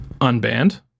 unbanned